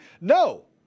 No